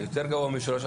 זה יותר גבוה מ-3-1.